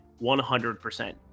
100%